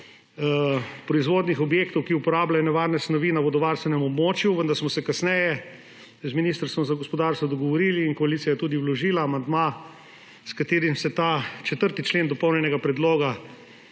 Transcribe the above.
proizvodnih objektov, ki uporabljajo nevarne snovi, na vodovarstvenem območju, vendar smo se kasneje z Ministrstvom za gospodarstvo dogovorili in koalicija je tudi vložila amandma, s katerim se ta 4. člen dopolnjenega predloga